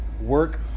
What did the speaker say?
work